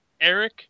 Eric